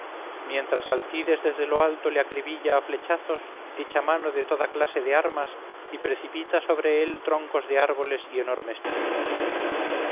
mientras alcides desde lo alto le acribilla a flechazos echa mano de toda clase se armas y precipita sobre él troncos de árboles y enormes piedras